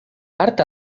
art